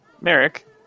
Merrick